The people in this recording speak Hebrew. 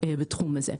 בתחום הזה.